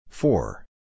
Four